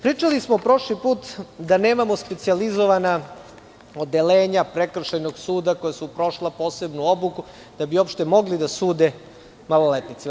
Pričali smo prošli put da nemamo specijalizovana odeljenja prekršajnog suda koja su prošla posebnu obuku da bi uopšte mogli da sude maloletnicima.